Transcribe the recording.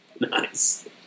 Nice